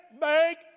make